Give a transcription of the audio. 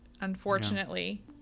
unfortunately